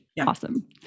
awesome